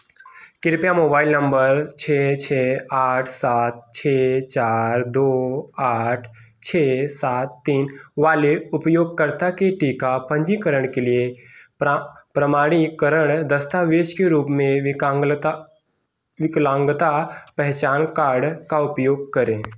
कृपया mobile number छः छः आठ सात छः चार दो आठ छः सात तीन वाले उपयोगकर्ता के टीका पंजीकरण के लिए प्रां प्रमाणीकरण दस्तावेज़ के रूप में विकलांगता विकलांगता पहचान कार्ड का उपयोग करें